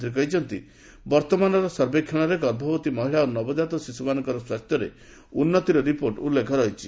ମନ୍ତ୍ରୀ କହିଛନ୍ତି ବର୍ତ୍ତମାନର ସର୍ବେକ୍ଷଣରେ ଗର୍ଭବତୀ ମହିଳା ଓ ନବଜାତ ଶିଶୁମାନଙ୍କ ସ୍ୱାସ୍ଥ୍ୟରେ ଉନ୍ନତିର ରିପୋର୍ଟ ଉଲ୍ଲେଖ ରହିଛି